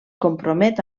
compromet